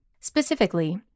Specifically